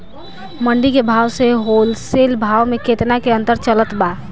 मंडी के भाव से होलसेल भाव मे केतना के अंतर चलत बा?